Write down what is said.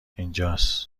اینجاس